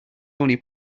only